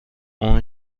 اون